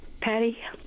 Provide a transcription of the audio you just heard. Patty